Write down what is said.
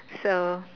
so